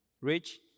Rich